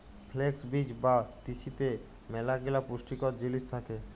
flakes বীজ বা তিসিতে ম্যালাগিলা পুষ্টিকর জিলিস থ্যাকে